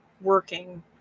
working